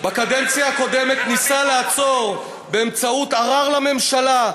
בקדנציה הקודמת, ניסה לעצור, באמצעות ערר לממשלה,